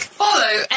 follow